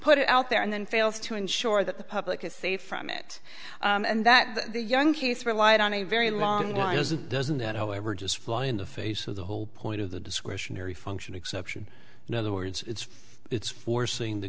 it out there and then fails to ensure that the public is safe from it and that the young q so reliant on a very long line is it doesn't that however just fly in the face of the whole point of the discretionary function exception in other words it's it's forcing the